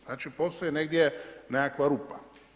Znači postoji negdje, nekakva rupa.